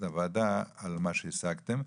לוועדה על מה שהשגתם,